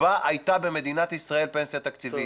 בה הייתה במדינת ישראל פנסיה תקציבית,